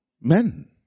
men